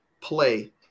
play